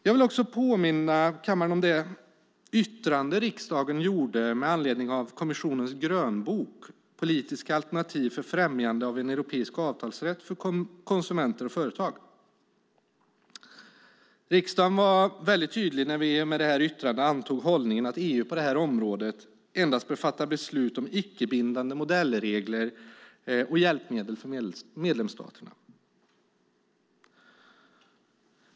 Jag vill också påminna kammaren om det yttrande som riksdagen gjorde med anledning av kommissionens grönbok om politiska alternativ för främjande av en europeisk avtalsrätt för konsumenter och företag. Riksdagen var väldigt tydlig när vi i och med yttrandet antog hållningen att EU på detta område endast bör fatta beslut om icke bindande modellregler och hjälpmedel för medlemsstaterna.